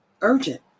urgent